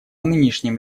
нынешнем